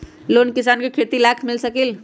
Loan किसान के खेती लाख मिल सकील?